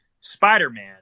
Spider-Man